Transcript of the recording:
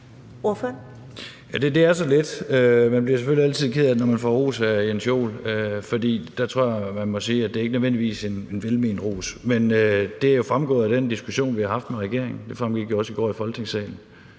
Det var så lidt. Man bliver selvfølgelig altid ked af det, når man får ros af Jens Joel, for der er det, tror jeg, ikke nødvendigvis en velment ros, må man sige. Men det er jo fremgået af den diskussion, vi har haft med regeringen, og det fremgik også i går i Folketingssalen,